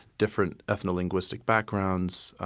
different ethno-linguistic backgrounds,